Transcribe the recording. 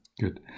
Good